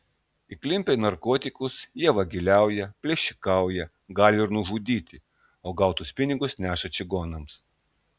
įklimpę į narkotikus jie vagiliauja plėšikauja gali ir nužudyti o gautus pinigus neša čigonams